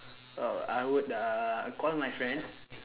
oh I would uh call my friends